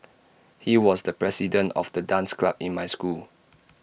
he was the president of the dance club in my school